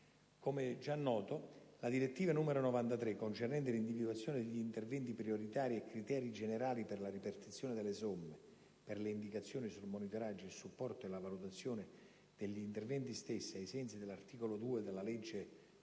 Come già noto, la direttiva del Ministro n. 93 del 2009, concernente l'individuazione degli interventi prioritari e criteri generali per la ripartizione delle somme, per le indicazioni sul monitoraggio, il supporto e la valutazione degli interventi stessi, ai sensi dell'articolo 2 della legge